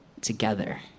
together